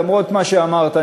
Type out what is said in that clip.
למרות מה שאמרת,